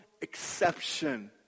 exception